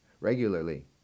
regularly